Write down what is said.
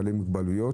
בעלי מוגבלויות,